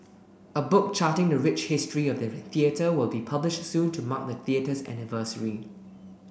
a book charting the rich history of the theatre will be published soon to mark the theatre's anniversary